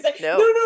No